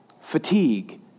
fatigue